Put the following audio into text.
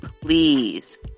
please